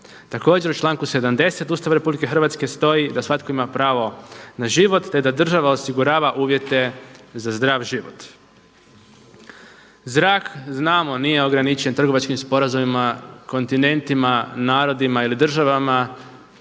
Također u članku 70. Ustava RH stoji da svatko ima pravo na život te da država osigurava uvjete za zdrav život. Zrak znamo nije ograničen trgovačkim sporazumima, kontinentima, narodima ili državama,